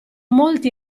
molti